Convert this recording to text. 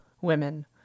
women